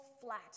flat